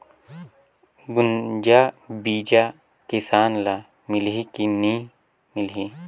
गुनजा बिजा किसान ल मिलही की नी मिलही?